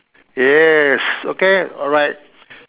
yes okay alright